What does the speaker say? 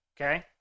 Okay